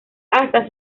asta